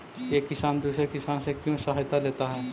एक किसान दूसरे किसान से क्यों सहायता लेता है?